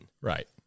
Right